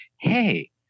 hey